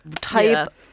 Type